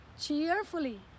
cheerfully